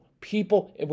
people